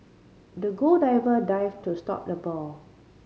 the dived to stop the ball